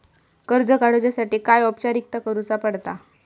कर्ज काडुच्यासाठी काय औपचारिकता करुचा पडता?